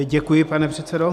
Děkuji, pane předsedo.